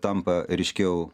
tampa ryškiau